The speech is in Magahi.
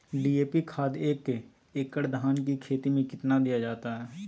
डी.ए.पी खाद एक एकड़ धान की खेती में कितना दीया जाता है?